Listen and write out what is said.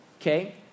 Okay